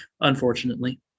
unfortunately